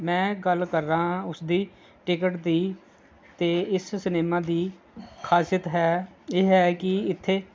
ਮੈਂ ਗੱਲ ਕਰ ਰਿਹਾ ਹਾਂ ਉਸਦੀ ਟਿਕਟ ਦੀ ਅਤੇ ਇਸ ਸਿਨੇਮਾ ਦੀ ਖਾਸੀਅਤ ਹੈ ਇਹ ਹੈ ਕਿ ਇੱਥੇ